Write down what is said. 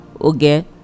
Okay